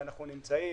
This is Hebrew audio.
ואנחנו נמצאים